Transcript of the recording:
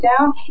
down